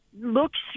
looks